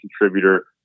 contributor